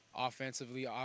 Offensively